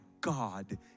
God